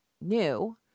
new